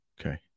okay